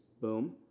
boom